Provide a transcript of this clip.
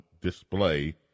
display